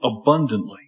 abundantly